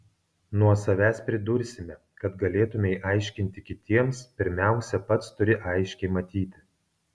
nuo savęs pridursime kad galėtumei aiškinti kitiems pirmiausia pats turi aiškiai matyti